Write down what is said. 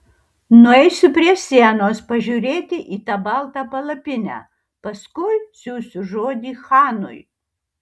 nueisiu prie sienos pažiūrėti į tą baltą palapinę paskui siųsiu žodį chanui